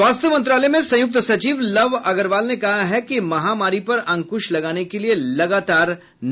स्वास्थ्य मंत्रालय में संयुक्त सचिव लव अग्रवाल ने कहा है कि महामारी पर अंकुश लगाने के लिए लगातार निगरानी जरुरी है